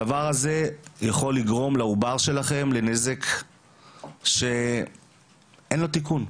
הדבר הזה יכול לגרום לעובר שלכן לנזק שאין לו תיקון.